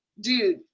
dude